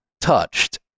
touched